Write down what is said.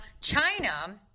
China